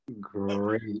great